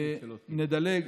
נדלג,